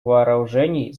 вооружений